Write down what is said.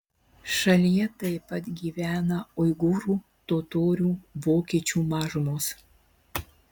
šalyje taip pat gyvena uigūrų totorių vokiečių mažumos